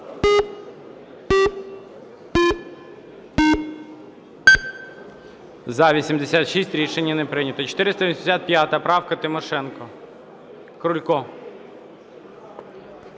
За-86 Рішення не прийнято. 485 правка Тимошенко. Крулько.